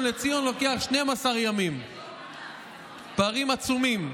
חבר הכנסת בועז טופורובסקי.